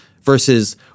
versus